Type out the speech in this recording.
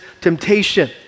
temptation